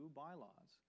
bylaws